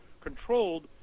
controlled